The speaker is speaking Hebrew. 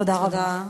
תודה רבה.